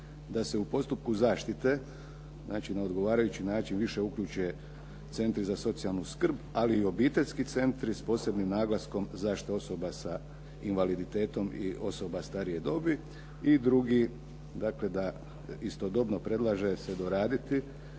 da se u postupku zaštite znači na odgovarajući način više uključe centri za socijalnu skrb, ali i obiteljski centri s posebnim naglaskom zaštite osoba sa invaliditetom i osoba starije dobi. I drugi dakle istodobno predlaže se doraditi